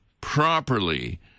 properly